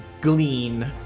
glean